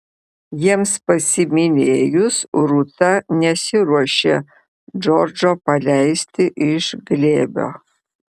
jiems pasimylėjus rūta nesiruošė džordžo paleisti iš glėbio